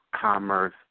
commerce